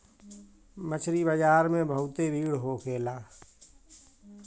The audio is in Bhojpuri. मछरी बाजार में बहुते भीड़ होखेला